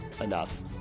enough